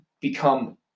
become